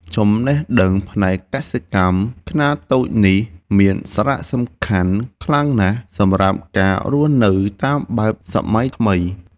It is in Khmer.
ចំណេះដឹងផ្នែកកសិកម្មខ្នាតតូចនេះមានសារៈសំខាន់ខ្លាំងណាស់សម្រាប់ការរស់នៅតាមបែបសម័យថ្មី។